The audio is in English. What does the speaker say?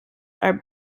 are